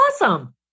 awesome